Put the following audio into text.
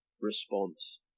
response